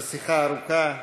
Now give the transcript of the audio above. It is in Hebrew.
זו שיחה ארוכה.